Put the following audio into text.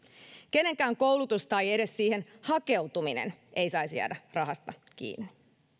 kenenkään koulutus tai edes siihen hakeutuminen ei saisi jäädä rahasta kiinni